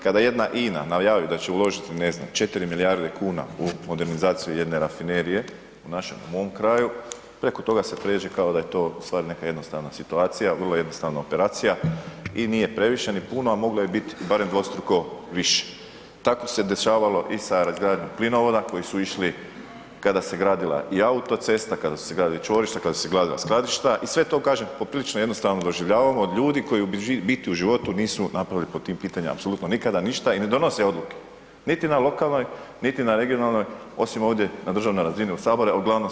Kada jedna INA najavi da će uložiti, ne znam, 4 milijarde kuna u modernizaciju jedne rafinerije u našem, u mom kraju, preko toga se pređe kao da je to u stvari jedna jednostavna situacija, vrlo jednostavna operacija i nije previše ni puno, a moglo je bit i barem dvostruko više, tako se dešavalo i sa razgradnjom plinovoda koji su išli kada se gradila i autocesta, kada su se gradili čvorišta, kada su se gradila skladišta i sve to kažem poprilično jednostavno doživljavamo od ljudi koji u biti u životu nisu napravili po tim pitanjima apsolutno nikada ništa i ne donose odluke niti na lokalnoj, niti na regionalnoj, osim ovdje na državnoj razini u saboru, a uglavnom